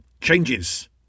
changes